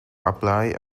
apply